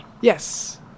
Yes